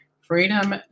Freedom